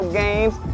games